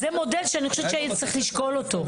זה מודל שאני חושבת שצריך לשקול אותו.